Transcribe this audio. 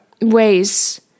ways –